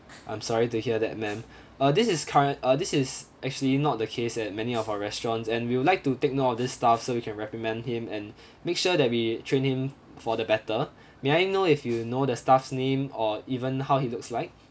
I'm sorry to hear that ma'am uh this is current uh this is actually not the case at many of our restaurants and we would like to take note of this staff so we can reprimand him and make sure that we train him for the better may I know if you know the staff's name or even how he looks like